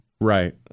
Right